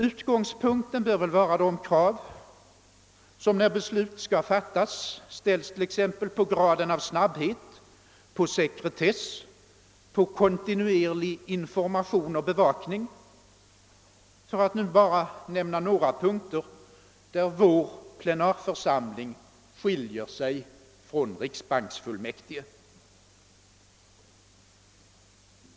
Utgångspunkten bör väl vara de krav som när beslut skall fattas ställes t.ex. på graden av snabbhet, på sekretess och på kontinuerlig information och bevakning — för att nu bara nämna några punkter där vår plenarförsamling skiljer sig från riksbanksfullmäktige.